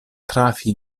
trafi